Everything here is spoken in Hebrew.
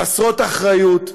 חסרות אחריות,